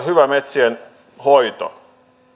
hyvä metsien hoito